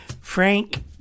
Frank